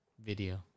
Video